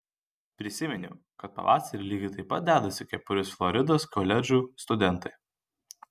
prisiminiau kad pavasarį lygiai taip pat dedasi kepures floridos koledžų studentai